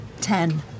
Ten